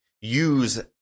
use